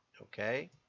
okay